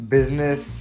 Business